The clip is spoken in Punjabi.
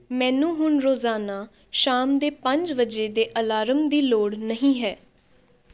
ਮੈਨੂੰ ਹੁਣ ਰੋਜ਼ਾਨਾ ਸ਼ਾਮ ਦੇ ਪੰਜ ਵਜੇ ਦੇ ਅਲਾਰਮ ਦੀ ਲੋੜ ਨਹੀਂ ਹੈ